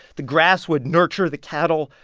the grass would nurture the cattle.